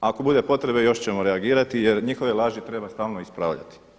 Ako bude potrebe još ćemo reagirati jer njihove laži treba stalno ispravljati.